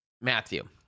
Matthew